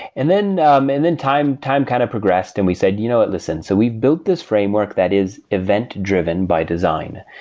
and then um and then time time kind of progressed and we said, you know what? listen. so we've built this framework that is event-driven by design.